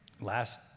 Last